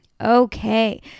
Okay